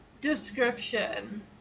description